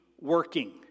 working